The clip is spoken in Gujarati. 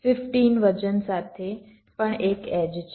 15 વજન સાથે પણ એક એડ્જ છે